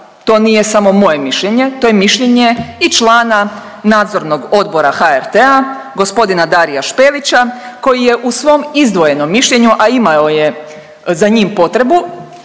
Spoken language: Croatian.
to nije samo moje mišljenje, to je mišljenje i člana Nadzornog odbora HRT-a g. Daria Špelića koji je u svom izdvojenom mišljenju, a imamo je za njim potrebu,